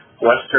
Western